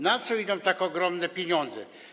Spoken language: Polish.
Na co idą tak ogromne pieniądze?